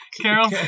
Carol